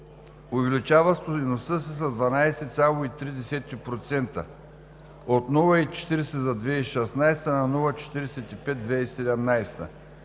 увеличава стойността си с 12,3% – от 0,40 за 2016 г. на 0,45 за 2017